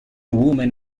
women